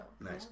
Nice